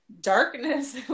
darkness